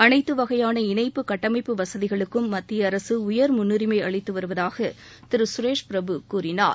அனைத்து வகைபாள இணைப்பு சட்டமைப்பு வசதிகளுக்கும் மத்தியஅரசு உயர் முன்னுரிமை அளித்து வருவதாக திரு சுரேஷ்பிரபு கூறினார்